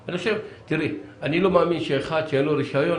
אני לא מאמין שאחד שאין לו רישיון,